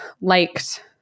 liked